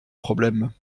problème